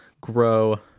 grow